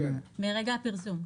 מרגע הפרסום.